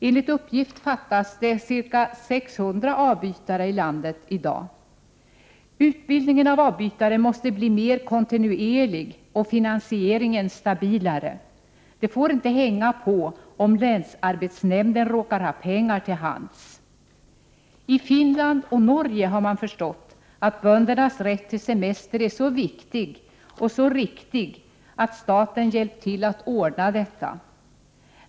Enligt uppgift fattas det ca 600 avbytare i landet i dag. Utbildningen av avbytare måste bli mer kontinuerlig och finansieringen stabilare. Det får inte hänga på om länsarbetsnämnden råkar ha pengar till hands! I Finland och Norge har man förstått att böndernas rätt till semester är så viktig och så riktig att staten hjälpt till att ordna detta.